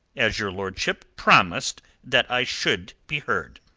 as your lordship promised that i should be heard.